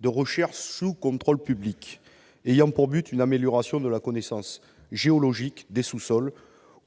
de « recherche sous contrôle public », dont le but est l'amélioration de la connaissance géologique des sous-sols